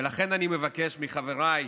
ולכן אני מבקש מחבריי,